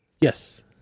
Yes